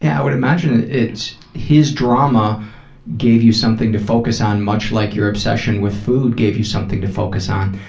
yeah i would imagine it's his drama gave you something to focus on, much like your obsession with food gave you something to focus on.